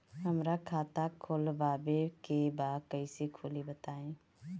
हमरा खाता खोलवावे के बा कइसे खुली बताईं?